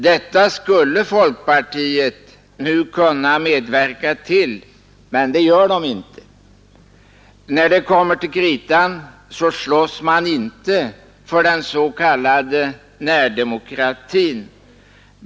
Detta skulle folkpartiet nu kunna medverka till men gör det inte. När det kommer till kritan slåss folkpartiet inte för den s.k. närdemokratin.